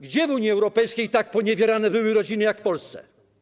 Gdzie w Unii Europejskiej były tak poniewierane rodziny jak w Polsce?